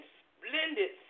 splendid